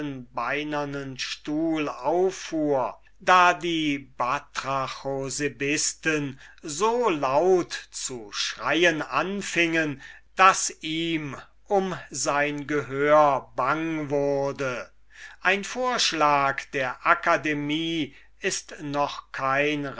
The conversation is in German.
stuhl auffuhr da die batrachosebisten so laut zu schreien anfingen daß ihm um sein gehör bange wurde ein vorschlag der akademie ist noch kein